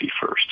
first